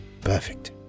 Perfect